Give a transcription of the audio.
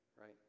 right